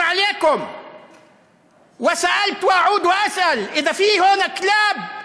עליכם ושאלתי ואני חוזר ושואל: אם יש פה כלבים,